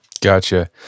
Gotcha